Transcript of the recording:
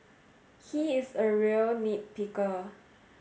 he is a real nit picker